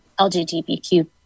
LGBTQ